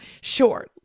sure